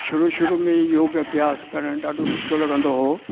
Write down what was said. शुरू शुरू में योग अभ्यास करणु ॾाढो ॾुखियो लॻंदो हुओ